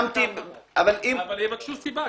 אבל יבקשו סיבה.